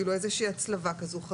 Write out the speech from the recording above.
איזו שהיא הצלבה כזאת.